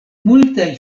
multaj